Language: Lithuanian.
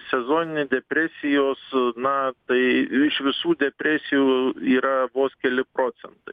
sezoninė depresijos na tai iš visų depresijų yra vos keli procentai